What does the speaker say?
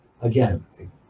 again